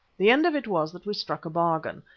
the end of it was that we struck a bargain,